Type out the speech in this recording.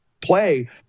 play